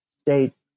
states